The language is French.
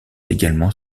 également